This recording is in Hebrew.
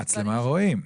במצלמה רואים.